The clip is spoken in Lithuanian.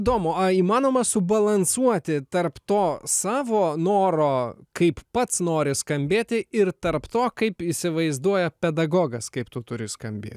įdomu ar įmanoma subalansuoti tarp to savo noro kaip pats nori skambėti ir tarp to kaip įsivaizduoja pedagogas kaip tu turi skambėti